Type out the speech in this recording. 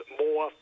more